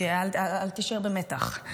אל תישאר במתח.